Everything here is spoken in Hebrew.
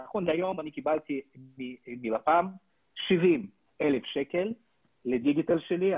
נכון להיום אני קיבלתי מלפ"מ 70,000 שקל לדיגיטל שלי.